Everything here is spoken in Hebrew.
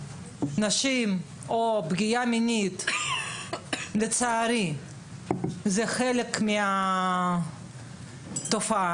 נשים או פגיעה מינית לצערי זה חלק מהתופעה.